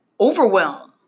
overwhelm